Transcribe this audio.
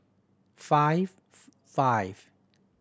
five five